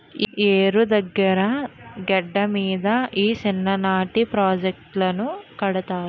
ఏరుల దగ్గిర గెడ్డల మీద ఈ సిన్ననీటి ప్రాజెట్టులను కడతారు